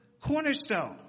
Cornerstone